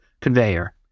conveyor